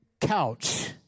Couch